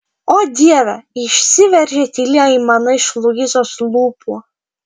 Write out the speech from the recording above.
o dieve išsiveržė tyli aimana iš luizos lūpų